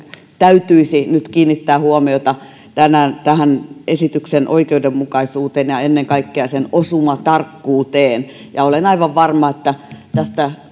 täytyisi nyt kiinnittää huomiota tämän esityksen oikeudenmukaisuuteen ja ennen kaikkea sen osumatarkkuuteen olen aivan varma että tästä